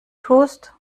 tust